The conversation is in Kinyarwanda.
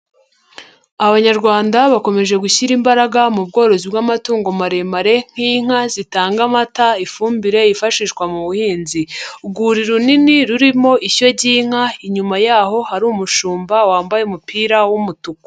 Abanyarwanda bakomeje gushyira imbaraga mu bworozi bw'amatungo maremare, nk'inka zitanga amata ifumbire yifashishwa mu buhinzi. Urwuri runini rurimo ishyo ry'inka, inyuma yaho hari umushumba wambaye umupira w'umutuku.